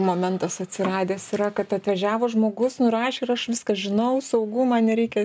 momentas atsiradęs yra kad atvažiavo žmogus nurašė ir aš viską žinau saugu man nereikia